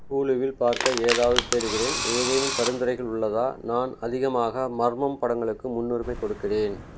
ஹுலுவில் பார்க்க ஏதாவது தேடுகிறேன் ஏதேனும் பரிந்துரைகள் உள்ளதா நான் அதிகமாக மர்மம் படங்களுக்கு முன்னுரிமைக் கொடுக்கிறேன்